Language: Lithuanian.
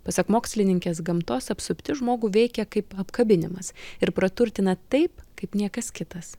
pasak mokslininkės gamtos apsuptis žmogų veikia kaip apkabinimas ir praturtina taip kaip niekas kitas